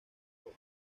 otra